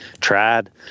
tried